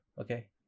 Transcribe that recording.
okay